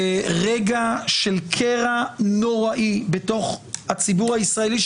ברגע של קרע נוראי בתוך הציבור הישראלי,